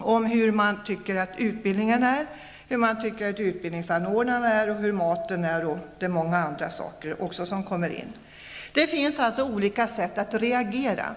om hur de tycker att utbildningen är, hur de tycker att utbildningsanordnarna är, hur maten är och mycket annat. Det finns alltså olika sätt att reagera.